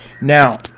Now